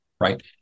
right